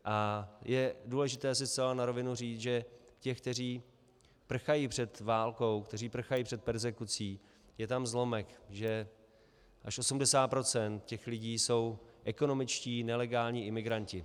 A je důležité si zcela na rovinu říct, že těch, kteří prchají před válkou, kteří prchají před perzekucí, je tam zlomek, že až 80 % těch lidí jsou ekonomičtí nelegální imigranti.